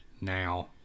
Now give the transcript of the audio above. now